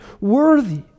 worthy